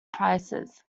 prices